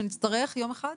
כשנצרך יום אחד?